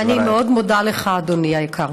ואני מאוד מודה לך, אדוני היקר.